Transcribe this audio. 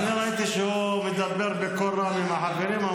אני אמרתי שהוא מדבר בקול רם עם החברים.